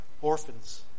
orphans